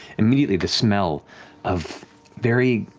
immediately, the smell of very